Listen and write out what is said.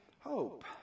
hope